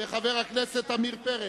וחבר הכנסת עמיר פרץ,